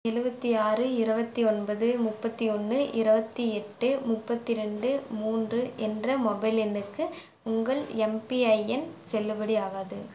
எழுவத்தி ஆறு இருபத்தி ஒன்பது முப்பத்தி ஒன்று இருபத்தி எட்டு முப்பத்தி ரெண்டு மூன்று என்ற மொபைல் எண்ணுக்கு உங்கள் எம்பிஐஎன் செல்லுபடியாகாது